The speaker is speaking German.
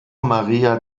maria